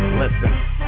listen